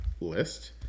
list